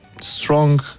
strong